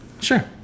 sure